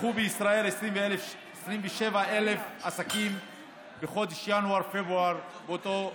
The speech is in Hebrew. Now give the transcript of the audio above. נפתחו בישראל 27,000 עסקים בחודשים ינואר-פברואר באותה שנה.